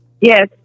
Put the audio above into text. Yes